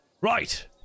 Right